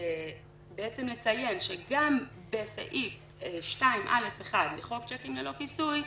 בעצם לציין שגם בסעיף 2א(1) לחוק צ'קים ללא כיסוי,